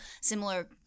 similar